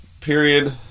period